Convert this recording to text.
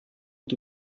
und